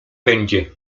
będzie